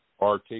RT